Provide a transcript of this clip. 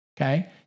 okay